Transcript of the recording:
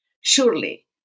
Surely